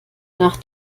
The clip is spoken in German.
nach